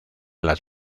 las